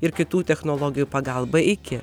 ir kitų technologijų pagalba iki